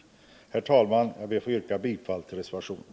Herr talman! Jag ber att få yrka bifall till reservationen.